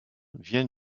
vient